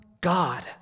God